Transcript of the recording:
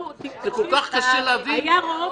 היה רוב